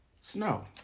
snow